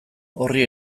horri